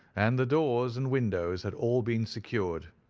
and the doors and windows had all been secured.